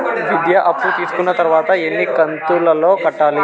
విద్య అప్పు తీసుకున్న తర్వాత ఎన్ని కంతుల లో కట్టాలి?